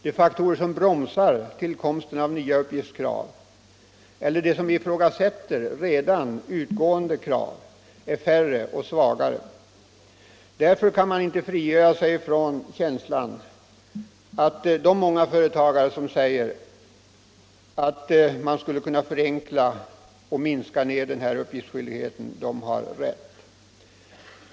De faktorer som bromsar tillkomsten av nya uppgiftskrav eller de som ifrågasätter redan utgående krav är färre och svagare. Därför kan man inte frigöra sig från känslan att de många företagare har rätt som säger, att uppgiftslämnandet skulle kunna minskas och förenklas.